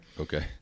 Okay